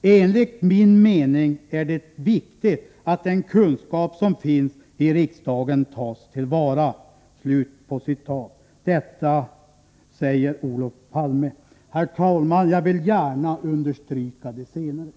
Enligt min mening är det viktigt att den kunskap som finns i riksdagen tas tillvara.” Detta säger alltså Olof Palme. Herr talman! Jag vill gärna understryka det senare.